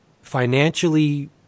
financially